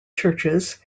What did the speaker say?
churches